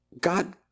God